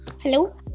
Hello